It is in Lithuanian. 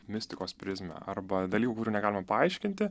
mistikos prizmę arba dalykų kurių negalima paaiškinti